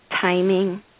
timing